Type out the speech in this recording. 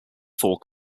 four